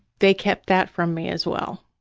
they kept that from me as well.